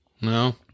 No